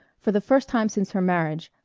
for the first time since her marriage,